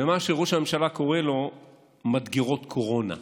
במה שראש הממשלה קורא לו "מדגרות קורונה".